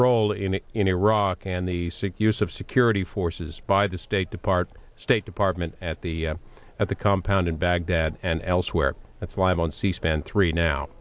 role in it in iraq and the use of security forces by the state department state department at the at the compound in baghdad and elsewhere that's live on c span three now